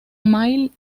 mail